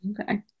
Okay